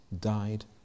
died